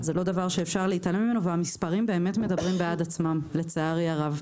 זה לא דבר שאפשר להתעלם ממנו והמספרים באמת מדברים בעד עצמם לצערי הרב.